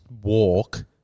walk